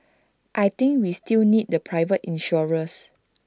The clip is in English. I think we still need the private insurers